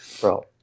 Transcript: bro